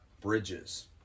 bridges